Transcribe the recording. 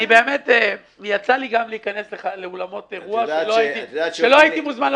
יצא לי להיכנס לאולמות אירועים שלא הייתי מוזמן,